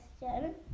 question